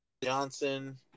Johnson